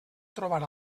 trobar